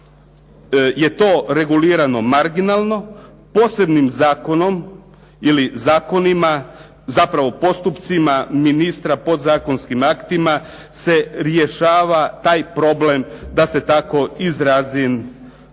je to regulirano marginalno, posebnim zakonom ili zakonima, zapravo postupcima ministra podzakonskim aktima se rješava taj problem, da se tako izrazim,